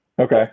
Okay